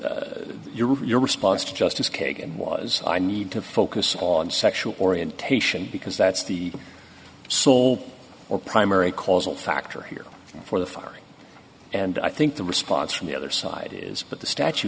the your response to justice kagan was i need to focus on sexual orientation because that's the sole or primary causal factor here for the firing and i think the response from the other side is that the statue